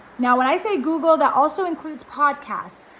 now, when i say google, that also includes podcasts.